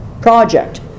project